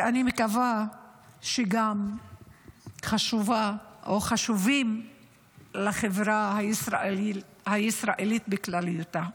ואני מקווה שהן חשובות גם לחברה הישראלית בכללותה.